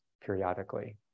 periodically